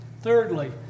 Thirdly